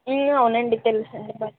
అవునండీ తెలుసండీ బాగా